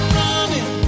running